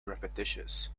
repetitious